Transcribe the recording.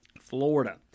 Florida